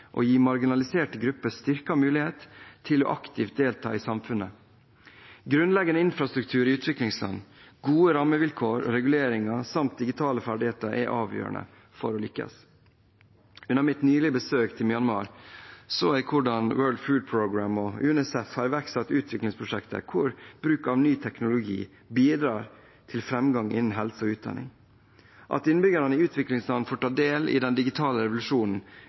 gi marginaliserte grupper styrkede muligheter til aktivt å delta i samfunnet. Grunnleggende infrastruktur i utviklingsland, gode rammevilkår og reguleringer samt digitale ferdigheter er avgjørende for å lykkes. Under mitt nylige besøk til Myanmar så jeg hvordan World Food Programme og UNICEF har iverksatt utviklingsprosjekter hvor bruk av ny teknologi bidrar til framgang innen helse og utdanning. At innbyggerne i utviklingsland får ta del i den digitale revolusjonen,